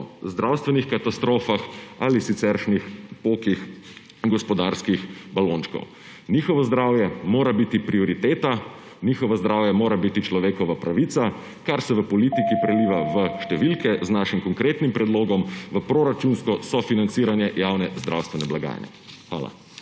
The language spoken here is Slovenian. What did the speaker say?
zdravstvenih katastrofah ali siceršnjih pokih gospodarskih balončkov. Njihovo zdravje mora biti prioriteta, njihovo zdravje mora biti človekova pravica, kar se v politiki preliva v številke; z našim konkretnim predlogom v proračunsko sofinanciranje javne zdravstvene blagajne. Hvala.